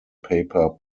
paper